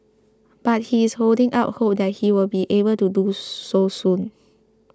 but he is holding out hope that he will be able to do so soon